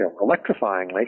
electrifyingly